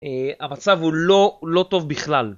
המצב הוא לא, לא טוב בכלל.